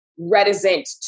reticent